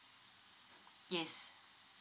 yes